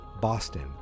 Boston